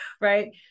right